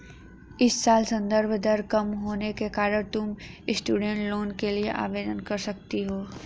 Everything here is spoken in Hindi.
इस साल संदर्भ दर कम होने के कारण तुम स्टूडेंट लोन के लिए आवेदन कर सकती हो